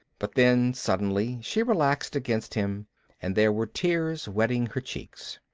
but then suddenly she relaxed against him and there were tears wetting her cheeks.